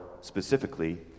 specifically